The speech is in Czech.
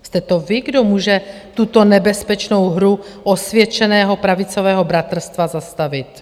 Jste to vy, kdo může tuto nebezpečnou hru osvědčeného pravicového bratrstva zastavit.